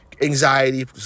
anxiety